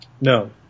No